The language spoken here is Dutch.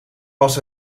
was